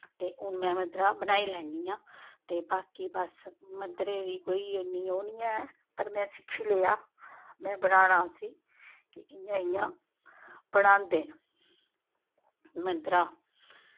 ते हून में मद्धरा बनाई लैन्नी आं ते बाकी बस मद्धरे दी कोई इन्नी ओह् निं ऐ पर में सिक्खी लेआ में बनाना उस्सी कि इ'यां इ'यां बनांदे न मद्धरा